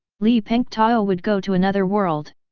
li pengtao would go to another world.